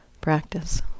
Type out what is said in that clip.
practice